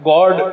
God